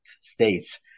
States